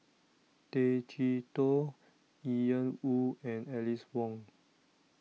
Tay Chee Toh Ian Woo and Alice Ong